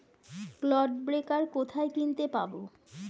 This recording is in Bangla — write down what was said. ক্লড ব্রেকার কোথায় কিনতে পাব?